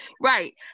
right